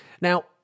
Now